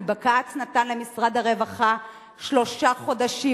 כי בג"ץ נתן למשרד הרווחה שלושה חודשים